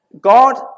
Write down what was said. God